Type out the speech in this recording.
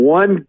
one